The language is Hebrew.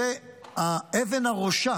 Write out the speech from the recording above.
זו אבן הראשה